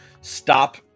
stop